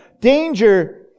danger